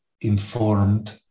informed